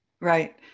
Right